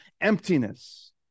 emptiness